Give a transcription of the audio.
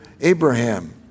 Abraham